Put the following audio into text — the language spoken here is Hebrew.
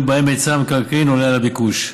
שבהם היצע המקרקעין עולה על הביקוש,